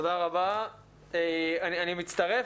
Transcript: אני מצטרף.